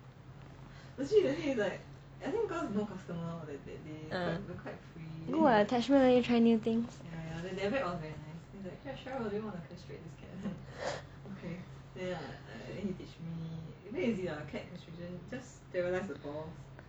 good what attachment let you try new things